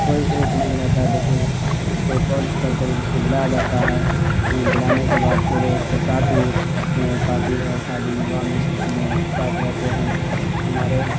کوئی ایک نہیں رہتا ہے تو پھر اس کو کال کر کر اس کو بلایا جاتا ہے بلانے کے بعد پھر اس کے ساتھ ہی پارٹی ہو شادی وواہ میں اس کو ساتھ رہتے ہیں ہمارے